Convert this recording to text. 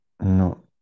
No